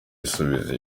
isubiza